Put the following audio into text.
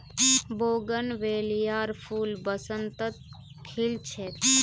बोगनवेलियार फूल बसंतत खिल छेक